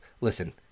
Listen